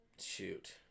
Shoot